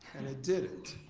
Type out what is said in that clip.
and it didn't.